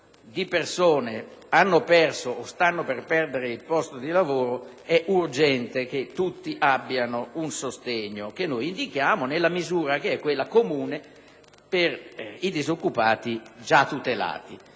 purtroppo, hanno perso o stanno per perdere il posto di lavoro è urgente che tutti abbiano un sostegno, che noi indichiamo nella misura comune per i disoccupati già tutelati.